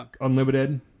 Unlimited